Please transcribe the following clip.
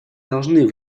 должны